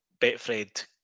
Betfred